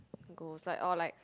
goes like or like